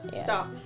Stop